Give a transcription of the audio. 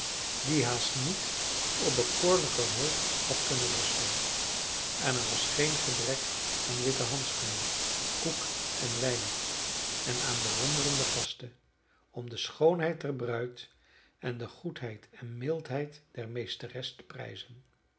die haast niet op bekoorlijker hoofd had kunnen rusten en er was geen gebrek aan witte handschoenen koek en wijn en aan bewonderende gasten om de schoonheid der bruid en de goedheid en mildheid der meesteres te prijzen